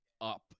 up